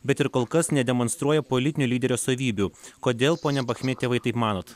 bet ir kol kas nedemonstruoja politinių lyderio savybių kodėl pone bachmetjevai taip manot